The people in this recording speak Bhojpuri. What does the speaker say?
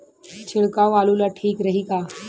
छिड़काव आलू ला ठीक रही का?